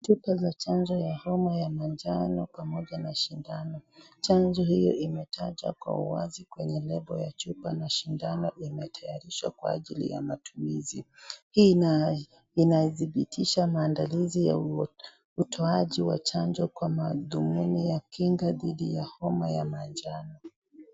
Chupa za chanjo ya homa ya manjano pamoja na shindano, chanjo hio imetajwa kwa uwazi kwenye lebo ya chupa na shindano imetayarishwa kwa ajili ya matumizi, hii inadhibitisha maandalizi ya utoaji wa chanjo kwa mathumuni ya kinga dhidi ya homa ya manjano.